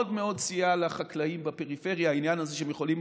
מאוד מאוד סייע לחקלאים בפריפריה העניין הזה שהם יכולים